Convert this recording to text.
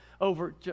over